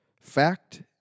fact